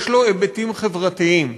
יש לו היבטים חברתיים.